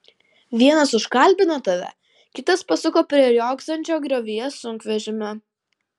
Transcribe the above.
vienas užkalbino tave kitas pasuko prie riogsančio griovyje sunkvežimio